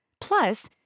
Plus